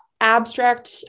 abstract